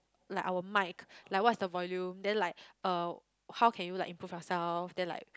like our mic like what's the volume then like uh how can you like improve yourself then like